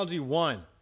one